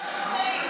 לא שומעים,